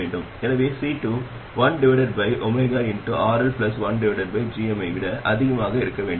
எனவே C2 1RL ஐ விட அதிகமாக இருக்க வேண்டும்